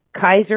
Kaiser